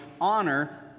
Honor